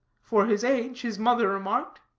for his age, his mother remarked.